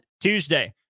Tuesday